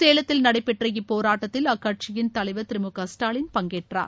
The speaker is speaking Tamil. சேலத்தில் நடைபெற்ற இப்போராட்டத்தில் அக்கட்சியின் தலைவர் திரு மு க ஸ்டாலின் பங்கேற்றார்